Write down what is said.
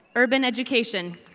urban education.